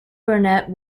burnett